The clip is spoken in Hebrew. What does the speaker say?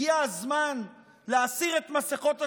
הגיע הזמן להסיר את מסכות הצביעות.